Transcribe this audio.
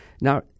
Now